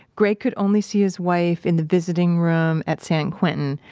greg could only see his wife in the visiting room at san quentin,